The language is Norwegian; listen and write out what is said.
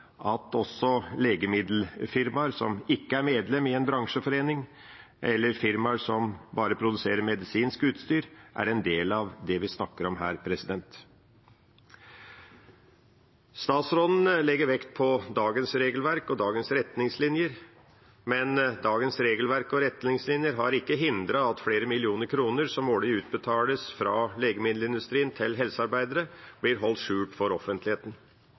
er medlemmer i en bransjeforening, eller firmaer som bare produserer medisinsk utstyr, er en del av det vi snakker om her. Statsråden legger vekt på dagens regelverk og dagens retningslinjer, men dagens regelverk og retningslinjer har ikke hindret at flere millioner kroner som årlig utbetales fra legemiddelindustrien til helsearbeidere, blir holdt skjult for offentligheten.